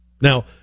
Now